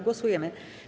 Głosujemy.